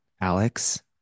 Alex